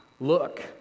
Look